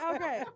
Okay